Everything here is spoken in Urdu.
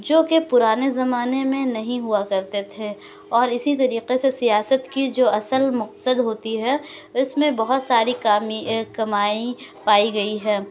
جوکہ پرانے زمانے میں نہیں ہوا کرتے تھے اور اسی طریقے سے سیاست کی جو اصل مقصد ہوتی ہے اس میں بہت ساری کمائی پائی گئی ہے